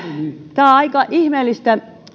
tämä on aika ihmeellistä